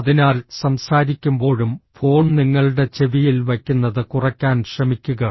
അതിനാൽ സംസാരിക്കുമ്പോഴും ഫോൺ നിങ്ങളുടെ ചെവിയിൽ വയ്ക്കുന്നത് കുറയ്ക്കാൻ ശ്രമിക്കുക